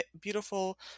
beautiful